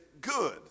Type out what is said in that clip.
good